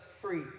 free